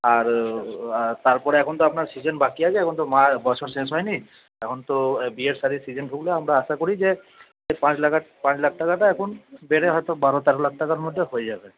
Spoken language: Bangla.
আর তারপরে এখন তো আপনার সিজেন বাকি আছে এখন তো মার বছর শেষ হয়নি এখন তো বিয়ের শাড়ির সিজন ঢুকলে আমরা আশা করি যে পাঁচ লাখ পাঁচ লাখ টাকাটা এখন বেড়ে হয়তো বারো তেরো লাখ টাকার মধ্যে হয়ে যাবে